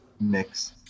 Mix